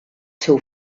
seu